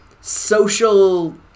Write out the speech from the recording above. social